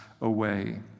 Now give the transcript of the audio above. away